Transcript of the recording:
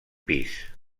pis